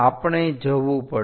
આપણે જવું પડશે